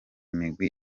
migwi